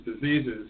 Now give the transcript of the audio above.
Diseases